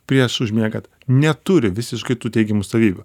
prieš užmiegant neturi visiškai tų teigiamų savybių